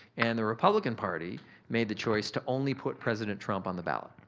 and the republican party made the choice to only put president trump on the ballot.